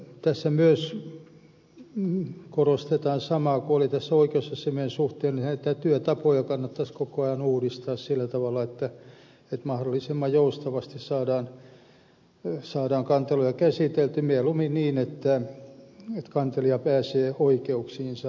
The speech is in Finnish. sitten tässä myös korostetaan samaa kuin oli tässä oikeusasiamiehen suhteen että työtapoja kannattaisi koko ajan uudistaa sillä tavalla että mahdollisimman joustavasti saadaan kanteluja käsiteltyä mieluummin niin että kantelija pääsee oikeuksiinsa